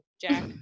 Jack